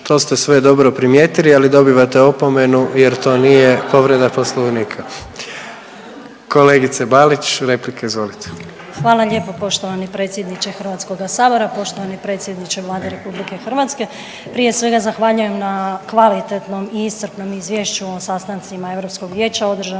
to ste sve dobro primijetili, ali dobivate opomenu jer to nije povreda poslovnika. Kolegice Balić replika izvolite. **Balić, Marijana (HDZ)** Hvala lijepo poštovani predsjedniče HS. Poštovani predsjedniče Vlade RH, prije svega zahvaljujem na kvalitetnom i iscrpnom izvješću o sastancima Europskog vijeća održanom